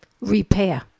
Repair